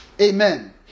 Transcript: Amen